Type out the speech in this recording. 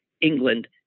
England